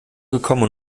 gekommen